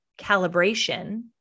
calibration